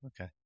Okay